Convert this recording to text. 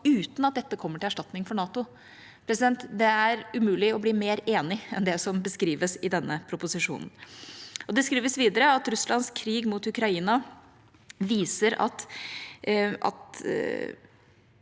uten at dette kommer til erstatning for NATO. Det er umulig å bli mer enig med det som beskrives i denne proposisjonen. Det skrives videre om Russlands krig mot Ukraina. Poenget